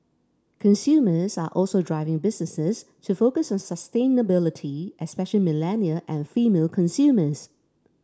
consumers are also driving businesses to focus on sustainability especially millennial and female consumers